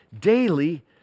daily